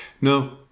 No